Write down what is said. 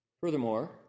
Furthermore